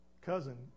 cousin